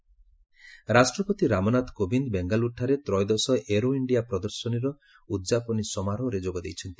ପ୍ରେଜ୍ aero India ରାଷ୍ଟ୍ରପତି ରାମନାଥ କୋବିନ୍ଦ ବେଙ୍ଗାଲୁରୁଠାରେ ତ୍ରୟୋଦଶ ଏରୋ ଇଣ୍ଡିଆ ପ୍ରଦର୍ଶନର ଉଦ୍ଯାପନୀ ସମାରୋହରେ ଯୋଗ ଦେଇଛନ୍ତି